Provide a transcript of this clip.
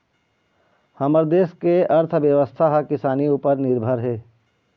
हमर देस के अर्थबेवस्था ह किसानी उपर निरभर हे